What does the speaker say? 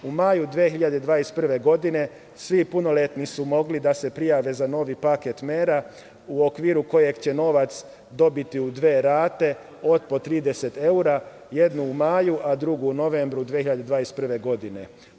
U maju 2021. godine svi punoletni su mogli da se prijave za novi paket mera u okviru kojeg će novac dobiti u dve rate od po 30 evra, jednu u maju a drugu u novembru 2021. godine.